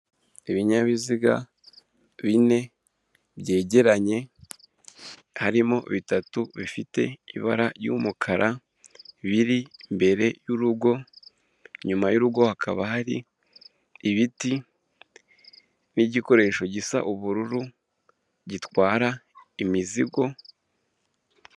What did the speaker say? Ibinyabiziga bine byegeranye harimo bitatu bifite ibara ry'umukara, biri imbere y'urugo, inyuma y'urugo hakaba hari ibiti, n'igikoresho gisa ubururu gitwara imizigo.